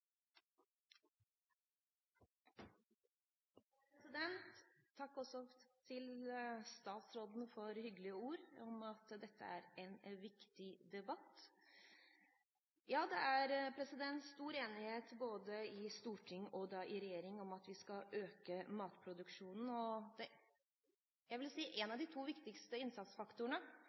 en viktig debatt. Det er stor enighet i både storting og regjering om at vi skal øke matproduksjonen. Jeg vil si at en av de to viktigste innsatsfaktorene